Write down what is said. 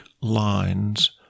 lines